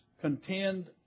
contend